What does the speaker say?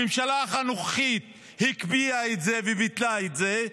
הממשלה הנוכחית הקפיאה את זה וביטלה את זה.